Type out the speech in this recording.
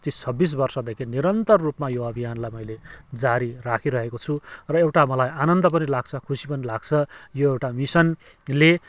पच्चिस छब्बिस वर्षदेखि निरन्तर रुपमा यो अभियानलाई मैले जारी राखिरहेको छु र एउटा मलाई आनन्द पनि लाग्छ खुसी पनि लाग्छ यो एउटा मिसनले